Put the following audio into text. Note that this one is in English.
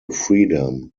freedom